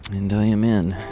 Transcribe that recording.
and i am in,